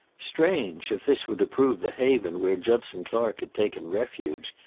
strange, if this were to prove the haven where judson clark had taken refuge,